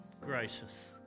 Gracious